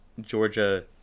Georgia